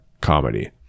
comedy